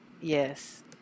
Yes